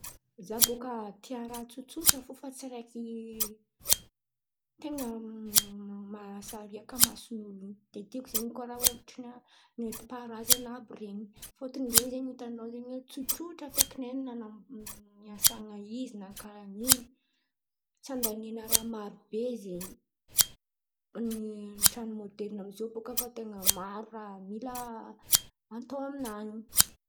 Za bôka tia raha tsotsotra fo fa tsy araiky ten̈a mahasariàka mason’olo in̈y. De tiako ze ny karà ohatrin’ny nohentim-paharazana àby ren̈y. Fôtony ren̈y zen̈y hitan̈ao zen̈y hoe tsotsotra feky niasan̈a izy na karà’in̈y. Tsy andanian̈a raha maro be zen̈y. Ny môderna amin’izao bôka fa ten̈a maro raha mila atao aminan̈y.